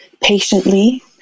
patiently